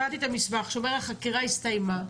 קראתי את המסמך שאומר שהחקירה הסתיימה.